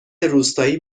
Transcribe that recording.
روستایی